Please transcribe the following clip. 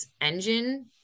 engine